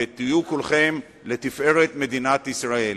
ותהיו כולכם לתפארת מדינת ישראל.